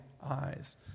eyes